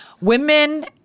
Women